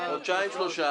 באותם שלושה